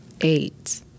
eight